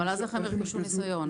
אבל אז איך הם ירכשו ניסיון?